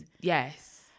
Yes